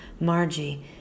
margie